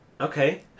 Okay